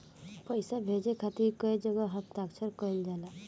पैसा भेजे के खातिर कै जगह हस्ताक्षर कैइल जाला?